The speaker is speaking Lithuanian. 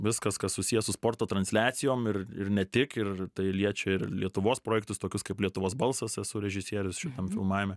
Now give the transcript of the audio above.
viskas kas susiję su sporto transliacijom ir ir ne tik ir tai liečia ir lietuvos projektus tokius kaip lietuvos balsas esu režisierius šitam filmavime